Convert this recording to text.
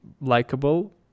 likable